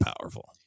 powerful